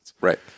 Right